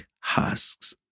husks